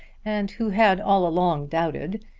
and who had all along doubted,